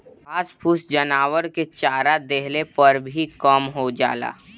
घास फूस जानवरन के चरा देहले पर भी कम हो जाला